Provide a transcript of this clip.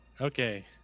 Okay